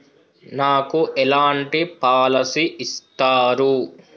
నాకు ఎలాంటి పాలసీ ఇస్తారు?